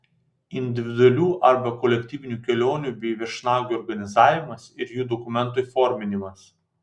individualių arba kolektyvinių kelionių bei viešnagių organizavimas ir jų dokumentų įforminimas